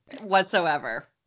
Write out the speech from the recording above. whatsoever